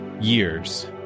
years